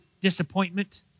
disappointment